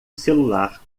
celular